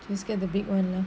just get the big one lah